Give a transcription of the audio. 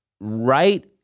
right –